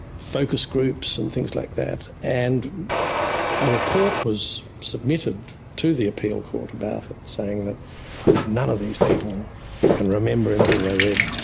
focus groups and things like that. and a report was submitted to the appeal court about it, saying that none of these people can remember anything they read